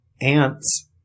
Ants